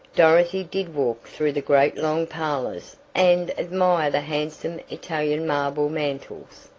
dorothy did walk through the great long parlors and admire the handsome italian marble mantels,